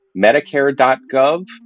medicare.gov